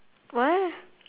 what